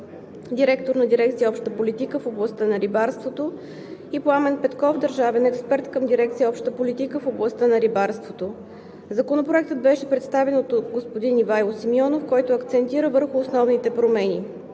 директор на дирекция „Обща политика в областта на рибарството“, и Пламен Петков – държавен експерт към дирекция „Обща политика в областта на рибарството“. Законопроектът беше представен от господин Ивайло Симеонов, който акцентира върху основните промени.